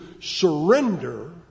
surrender